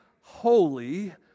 holy